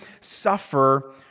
suffer